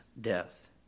death